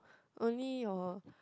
only your